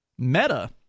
meta